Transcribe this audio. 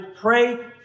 pray